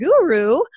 guru